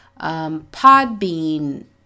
Podbean